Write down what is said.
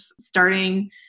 starting